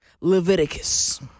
Leviticus